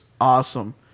awesome